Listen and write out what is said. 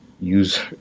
use